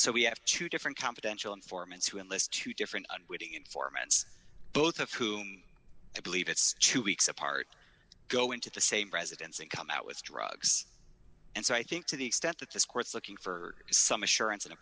so we have two different confidential informants who list two different formats both of whom i believe it's two weeks apart go into the same presidents and come out with drugs and so i think to the extent that this court's looking for some assurance in a